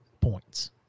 points